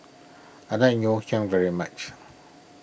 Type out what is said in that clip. I like Ngoh Hiang very much